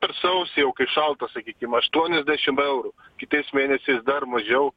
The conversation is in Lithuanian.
per sausį jau kai šalta sakykim aštuoniasdešim eurų kitais mėnesiais dar mažiau